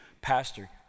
Pastor